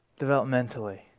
developmentally